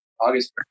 August